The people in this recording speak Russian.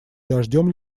дождем